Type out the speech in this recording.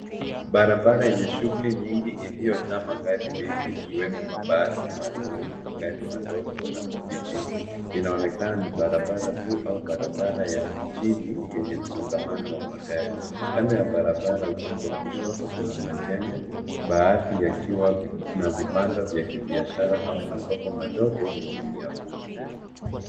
Barabara yenye shughuli nyingi iliyojaa magari mengi ikiwemo mabasi, malori, magari madogo na pikipiki. Inaonekana ni barabara kuu au barabara ya mjini yenye msongamano wa magari. Kando ya barabara upande wa kushoto, kuna majengo baadhi yakiwa na vibanda vya kibiashara au masoko madogo yenye miavuli.